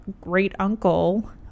great-uncle